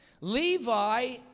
Levi